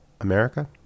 America